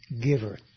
giver